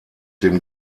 dem